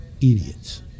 Idiots